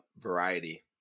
variety